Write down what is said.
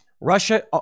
Russia